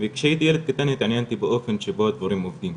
כשהייתי ילד קטן התעניינתי באופן שבו הדברים עובדים,